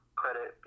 credit